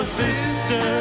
sister